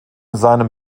seinem